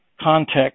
context